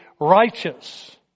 righteous